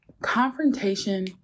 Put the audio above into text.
confrontation